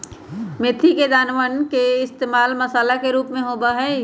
मेथी के दानवन के इश्तेमाल मसाला के रूप में होबा हई